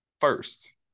first